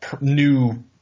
new